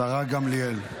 השרה גמליאל.